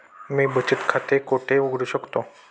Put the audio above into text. मी बचत खाते कोठे उघडू शकतो?